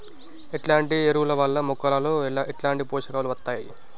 ఎట్లాంటి ఎరువుల వల్ల మొక్కలలో ఎట్లాంటి పోషకాలు వత్తయ్?